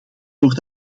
voor